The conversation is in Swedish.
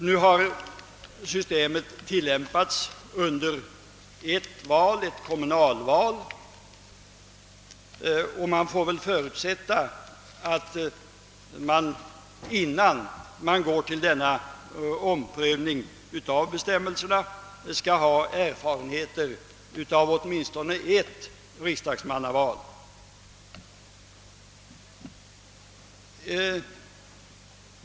Nu har systemet tillämpats under ett val, nämligen under ett kommunalval, men vi får väl förutsätta att man, innan man går till denna omprövning av bestämmelserna, vill ha erfarenhet också från åtminstone ett riksdagsmannaval.